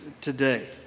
today